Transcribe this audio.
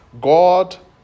God